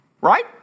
right